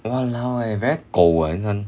!walao! eh very 狗 uh this one